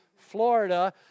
Florida